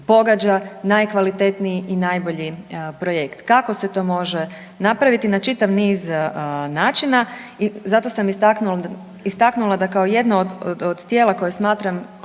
najkvalitetniji i najbolji projekt. Kako se to može napraviti? Na čitav niz načina i zato sam istaknula da kao jedno od tijela koje smatram